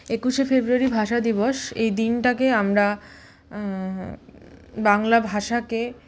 একুশে ফেব্রুয়ারি ভাষা দিবস এই দিনটাকে আমরা বাংলা ভাষাকে